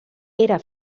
era